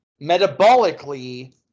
metabolically